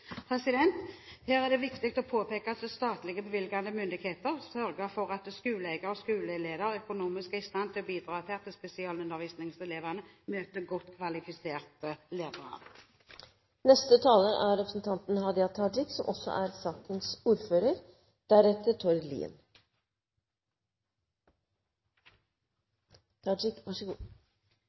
Her er det viktig å påpeke at statlige, bevilgende myndigheter sørger for at skoleeier og skoleleder er økonomisk i stand til å bidra til at spesialundervisningselevene møter godt kvalifiserte